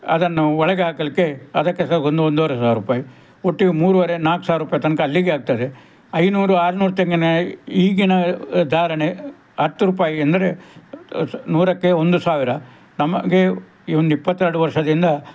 ಅದನ್ನು ಒಳಗೆ ಹಾಕಲಿಕ್ಕೆ ಅದಕ್ಕೆ ಸಹ ಒಂದು ಒಂದೂವರೆ ಸಾವಿರ ರೂಪಾಯಿ ಒಟ್ಟಿಗೆ ಮೂರೂವರೆ ನಾಲ್ಕು ಸಾವಿರ ರೂಪಾಯಿ ತನಕ ಅಲ್ಲಿಗೆ ಆಗ್ತದೆ ಐನೂರು ಆರುನೂರು ತೆಂಗಿನ ಈಗಿನ ಧಾರಣೆ ಹತ್ತು ರೂಪಾಯಿ ಅಂದರೆ ನೂರಕ್ಕೆ ಒಂದು ಸಾವಿರ ನಮಗೆ ಒಂದು ಇಪ್ಪತ್ತೆರಡು ವರ್ಷದಿಂದ